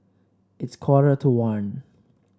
its quarter to one